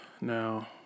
Now